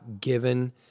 given